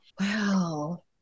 Wow